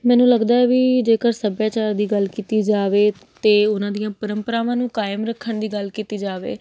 ਮੈਨੂੰ ਲੱਗਦਾ ਵੀ ਜੇਕਰ ਸੱਭਿਆਚਾਰ ਦੀ ਗੱਲ ਕੀਤੀ ਜਾਵੇ ਅਤੇ ਉਹਨਾਂ ਦੀਆਂ ਪਰੰਪਰਾਵਾਂ ਨੂੰ ਕਾਇਮ ਰੱਖਣ ਦੀ ਗੱਲ ਕੀਤੀ ਜਾਵੇ